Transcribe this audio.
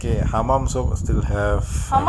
okay how about soap still have